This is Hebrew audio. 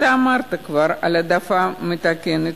אתה דיברת כבר על העדפה מתקנת.